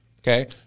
Okay